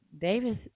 Davis